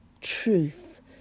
truth